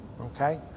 Okay